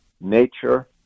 nature